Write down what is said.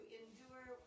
endure